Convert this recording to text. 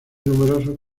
numerosos